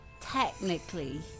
technically